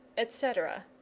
etc.